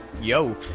Yo